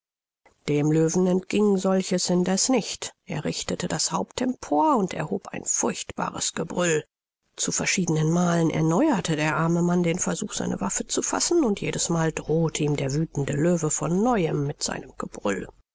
dem löwen entging solches indeß nicht er richtete das haupt empor und erhob ein furchtbares gebrüll zu verschiedenen malen erneuerte der arme mann den versuch seine waffen zu fassen und jedes mal drohte ihm der wüthende löwe von neuem mit seinem gebrüll